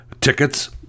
tickets